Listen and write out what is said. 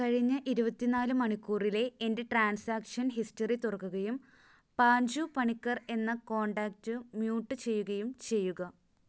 കഴിഞ്ഞ ഇരുപത്തിനാല് മണിക്കൂറിലെ എൻ്റെ ട്രാൻസാക്ഷൻ ഹിസ്റ്ററി തുറക്കുകയും പാഞ്ചു പണിക്കർ എന്ന കോൺടാക്റ്റ് മ്യൂട്ട് ചെയ്യുകയും ചെയ്യുക